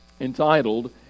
entitled